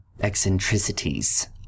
eccentricities